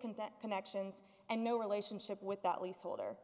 content connections and no relationship with that lease holder